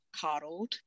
coddled